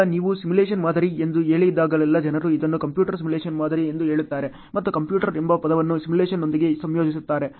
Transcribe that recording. ಈಗ ನೀವು ಸಿಮ್ಯುಲೇಶನ್ ಮಾದರಿ ಎಂದು ಹೇಳಿದಾಗಲೆಲ್ಲಾ ಜನರು ಇದನ್ನು ಕಂಪ್ಯೂಟರ್ ಸಿಮ್ಯುಲೇಶನ್ ಮಾದರಿ ಎಂದು ಹೇಳುತ್ತಾರೆ ಮತ್ತು ಕಂಪ್ಯೂಟರ್ ಎಂಬ ಪದವನ್ನು ಸಿಮ್ಯುಲೇಶನ್ನೊಂದಿಗೆ ಸಂಯೋಜಿಸುತ್ತಾರೆ